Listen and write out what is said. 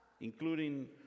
including